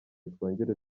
twongere